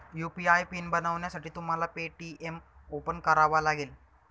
UPI PIN बनवण्यासाठी तुम्हाला Paytm open करावा लागेल